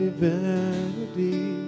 vanity